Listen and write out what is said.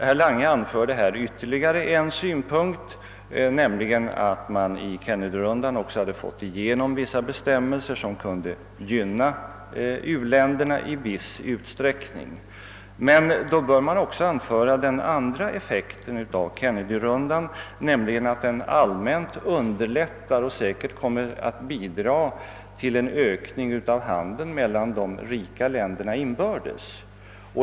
Herr Lange anförde ytterligare en synpunkt, nämligen att man i Kennedyronden också hade fått igenom vissa bestämmelser som kunde gynna u-länderna i viss utsträckning. I så fall bör man också framhålla den andra effekten av Kennedyronden, nämligen att den allmänt underlättar och säkerligen kommer att bidra till en ökning av handeln mellan de rika länderna inbördes.